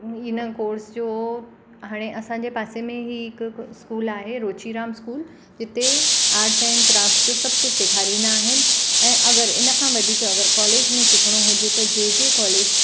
हिन कोर्स जो हाणे असांजे पासे में ई हिकु को स्कूल आहे रोचीराम स्कूल हिते आर्ट ऐंड क्राफ्ट जो सभु कुझु सेखारींदा आहिनि ऐं अगरि इन खां वधीक अगरि कॉलेज में सिखिणो हुजे त जेजे कॉलेज